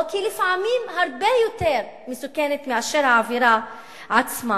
היא לפעמים הרבה יותר מסוכנת מאשר העבירה עצמה.